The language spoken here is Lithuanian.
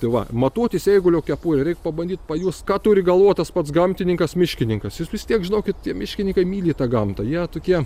tai va matuotis eigulio kepurę reik pabandyt pajust ką turi galvoj tas pats gamtininkas miškininkas jis vis tiek žinok tie miškininkai myli tą gamtą jie tokie